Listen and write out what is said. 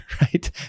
right